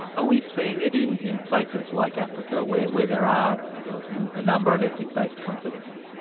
are we seeing it in in places like africa where where there are a number of ethnic-based conflicts?